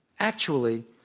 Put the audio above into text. actually,